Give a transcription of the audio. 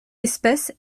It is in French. espèce